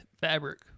fabric